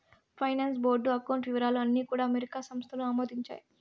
finance board account వివరాలు అన్నీ కూడా అమెరికా సంస్థలు ఆమోదించాయి